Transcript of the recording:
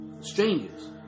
strangers